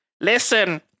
Listen